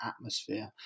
atmosphere